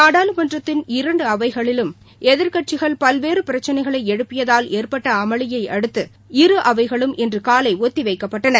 நாடாளுமன்றத்தின் இரண்டு அவைகளிலும் எதிர்கட்சிகள் பல்வேறு பிரச்சகைளை எழுப்பியதால் ஏற்பட்ட அமளியை அடுத்து இரு அவைகளும் இன்று காலை ஒத்திவைக்கப்பட்டன